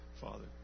Father